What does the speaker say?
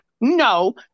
No